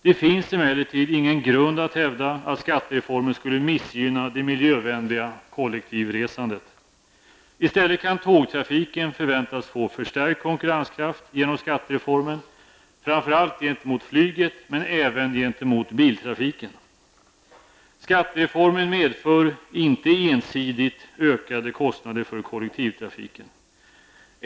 Det finns emellertid ingen grund att hävda att skattereformen skulle missgynna det miljövänliga kollektivresandet. I stället kan tågtrafiken förväntas få förstärkt konkurrenskraft genom skattereformen, framför allt gentemot flyget men även gentemot biltrafiken. Skattereformen medför inte ensidigt ökade kostnader för kollektivtrafiken.